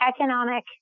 economic